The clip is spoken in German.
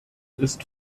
ist